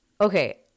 Okay